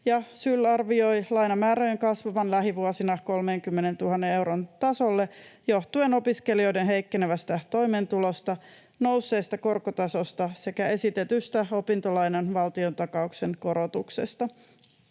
SYL arvioi lainamäärien kasvavan lähivuosina 30 000 euron tasolle johtuen opiskelijoiden heikkenevästä toimeentulosta, nousseesta korkotasosta sekä esitetystä opintolainan valtiontakauksen korotuksesta.